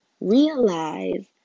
Realize